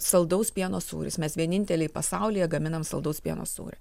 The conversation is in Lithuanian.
saldaus pieno sūris mes vieninteliai pasaulyje gaminame saldaus pieno sūrį